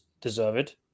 deserved